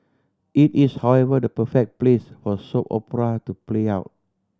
it is however the perfect place for soap opera to play out